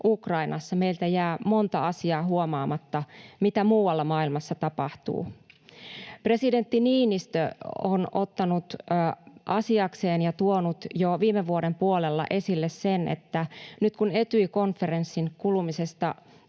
Ukrainassa, meiltä jää monta asiaa huomaamatta, mitä muualla maailmassa tapahtuu. Presidentti Niinistö on ottanut asiakseen ja tuonut jo viime vuoden puolella esille sen, että nyt kun Etyj-konferenssin perustamisesta